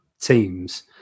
teams